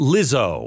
Lizzo